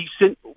decent